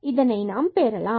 இதனை நாம் பெறலாம்